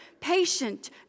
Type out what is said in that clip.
patient